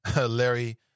Larry